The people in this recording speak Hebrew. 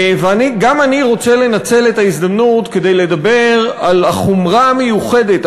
גם אני רוצה לנצל את ההזדמנות כדי לדבר על החומרה המיוחדת,